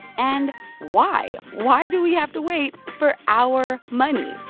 and why? why do we have to wait for our money?